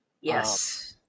Yes